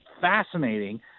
fascinating